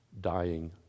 dying